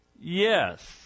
yes